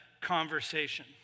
conversation